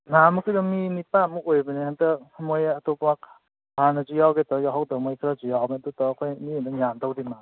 ꯅꯍꯥꯟꯃꯨꯛꯀꯤꯗꯣ ꯃꯤ ꯅꯤꯄꯥꯜꯃꯨꯛ ꯑꯣꯏꯕꯅꯦ ꯍꯟꯗꯛ ꯃꯣꯏ ꯑꯇꯣꯞꯄ ꯍꯥꯟꯅꯁꯨ ꯌꯥꯎꯒꯦ ꯇꯧꯔ ꯌꯥꯎꯍꯧꯗꯕ ꯃꯈꯣꯏ ꯈꯔꯁꯨ ꯌꯥꯎꯕꯅꯤ ꯑꯗꯨ ꯇꯧꯔꯒ ꯑꯩꯈꯣꯏ ꯃꯤ ꯑꯗꯨꯝ ꯌꯥꯝꯗꯧꯗꯤ ꯃꯥꯜꯂꯤꯕ